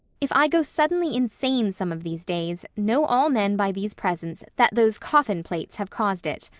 if i go suddenly insane some of these days know all men by these presents that those coffin-plates have caused it.